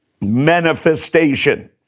manifestation